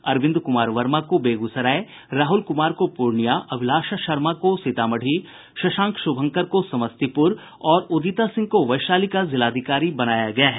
अरविंद कुमार वर्मा को बेगूसराय राहुल कुमार को पूर्णियां अभिलाषा शर्मा को सीतामढ़ी शशांक शुभंकर को समस्तीपुर और उदिता सिंह को वैशाली का जिलाधिकारी बनाया गया है